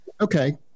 okay